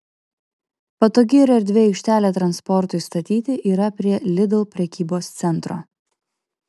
patogi ir erdvi aikštelė transportui statyti yra prie lidl prekybos centro